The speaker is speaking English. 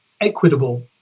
equitable